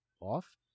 off